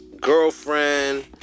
girlfriend